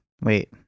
Wait